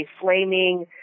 flaming